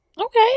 okay